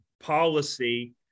policy